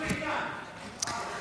ישר מעיפים אותנו.